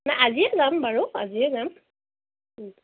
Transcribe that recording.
না আজিয়ে যাম বাৰু আজিয়ে যাম